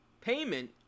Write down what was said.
payment